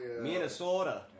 Minnesota